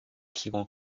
提供